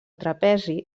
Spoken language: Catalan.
trapezi